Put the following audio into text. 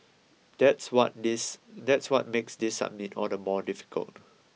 that's what this that's what makes this summit all the more difficult